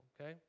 okay